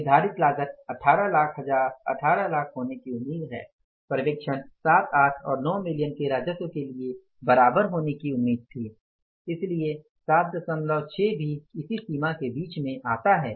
निर्धारित लागत 180000 हजार होने की उम्मीद है पर्यवेक्षण 7 8 और 9 मिलियन के राजस्व के लिए बराबर होने की उम्मीद थी इसलिए 76 भी इस सीमा के बीच में आता है